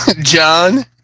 John